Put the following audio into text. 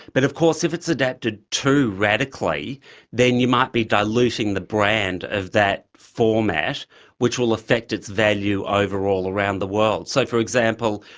but of course if it's adapted too radically then you might be diluting the brand of that format which will affect its value overall around the world. so, for example,